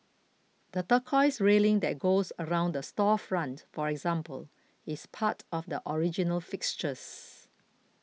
the turquoise railing that goes around the storefront for example is part of the original fixtures